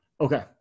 Okay